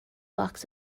box